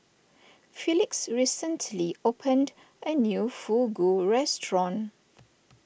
Felix recently opened a new Fugu restaurant